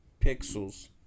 Pixels